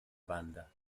banda